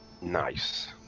Nice